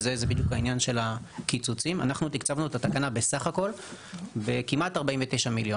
זה מייצר מצב שבו המיון הוא מיון על מיון.